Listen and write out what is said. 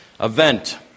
event